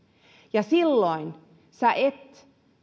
ja silloin sinä et